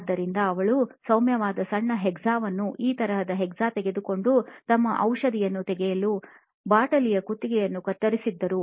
ಆದ್ದರಿಂದ ಅವಳು ಸೌಮ್ಯವಾದ ಸಣ್ಣ ಹ್ಯಾಕ್ಸಾವನ್ನು ಈ ತರಹದ ಹ್ಯಾಕ್ಸಾ ತೆಗೆದುಕೊಂಡು ತಮ್ಮ ಔಷಧಿಗಳನ್ನು ಹೊರತೆಗೆಯಲು ಬಾಟಲಿಯ ಕುತ್ತಿಗೆಯನ್ನು ಕತ್ತರಿಸಿದ್ದರು